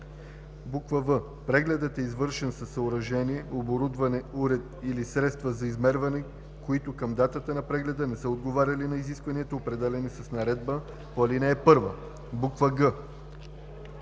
1; в) прегледът е извършен със съоръжения, оборудване, уреди или средства за измерване, които към датата на прегледа не са отговаряли на изискванията, определени с наредбата по ал. 1; г) резултатите